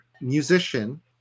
musician